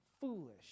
foolish